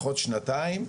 לפחות שנתיים.